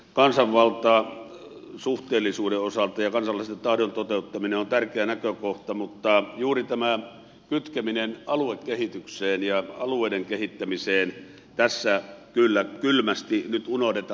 kansanvalta suhteellisuuden osalta ja kansallisen tahdon toteuttaminen on tärkeä näkökohta mutta juuri tämä kytkeminen aluekehitykseen ja alueiden kehittämiseen tässä kyllä kylmästi nyt unohdetaan